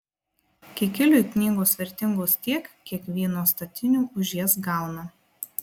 kikiliui knygos vertingos tiek kiek vyno statinių už jas gauna